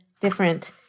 different